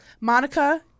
Monica